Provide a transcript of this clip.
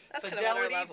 Fidelity